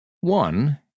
One